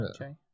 okay